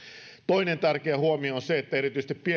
toinen tärkeä huomio erityisesti pienten